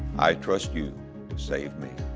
i trust you to save me.